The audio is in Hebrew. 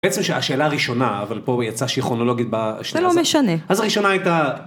בעצם שהשאלה הראשונה אבל פה יצא שהיא כרונולוגית בשנה הזאת. זה לא משנה. אז הראשונה הייתה...